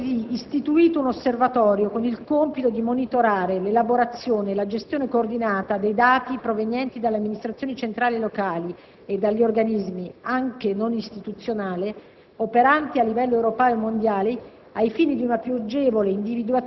Nell'ambito di questo osservatorio, è stato altresì istituito un osservatorio con il compito di monitorare l'elaborazione e la gestione coordinata dei dati provenienti dalle amministrazioni centrali e locali e dagli organismi, anche non istituzionali,